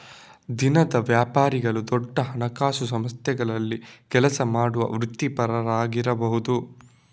ದಿನದ ವ್ಯಾಪಾರಿಗಳು ದೊಡ್ಡ ಹಣಕಾಸು ಸಂಸ್ಥೆಗಳಲ್ಲಿ ಕೆಲಸ ಮಾಡುವ ವೃತ್ತಿಪರರಾಗಿರಬಹುದು